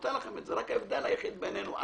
ההבדל היחיד בינינו הוא